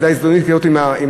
הייתה הזדהות עקרונית עם הנושא.